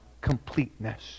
completeness